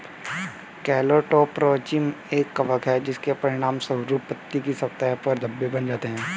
Colletotrichum एक कवक है, इसके परिणामस्वरूप पत्ती की सतह पर धब्बे बन जाते हैं